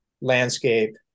landscape